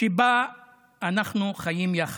שבה אנחנו חיים יחד.